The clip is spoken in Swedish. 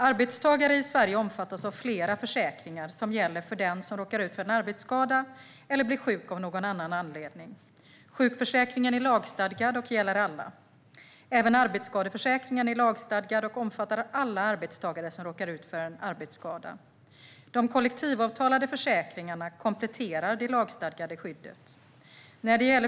Arbetstagare i Sverige omfattas av flera försäkringar som gäller för den som råkar ut för en arbetsskada eller blir sjuk av någon annan anledning. Sjukförsäkringen är lagstadgad och gäller alla. Även arbetsskadeförsäkringen är lagstadgad och omfattar alla arbetstagare som råkar ut för en arbetsskada. De kollektivavtalade försäkringarna kompletterar det lagstadgade skyddet.